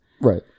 Right